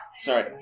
Sorry